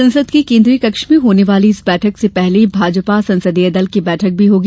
संसद के केन्द्रीय कक्ष में होने वाली इस बैठक से पहले भाजपा संसदीय दल की बैठक भी होगी